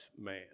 man